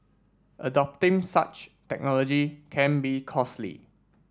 adopting such technology can be costly